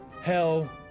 hell